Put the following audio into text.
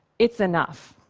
it's enough.